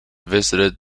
visits